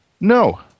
no